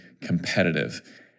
competitive